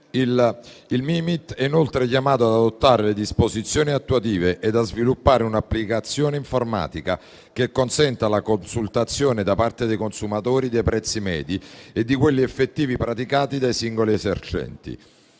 Il Mimit è inoltre chiamato ad adottare le disposizioni attuative e a sviluppare un'applicazione informatica che consenta la consultazione da parte dei consumatori dei prezzi medi e di quelli effettivi praticati dai singoli esercenti.